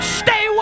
stay